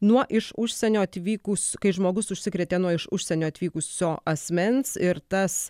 nuo iš užsienio atvykus kai žmogus užsikrėtė nuo iš užsienio atvykusio asmens ir tas